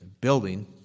building